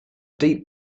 deep